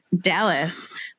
Dallas